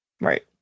Right